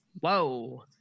Whoa